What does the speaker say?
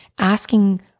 asking